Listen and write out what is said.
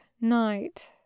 night